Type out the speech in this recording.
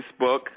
Facebook